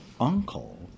uncle